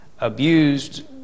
abused